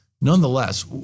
Nonetheless